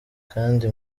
kandi